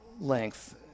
length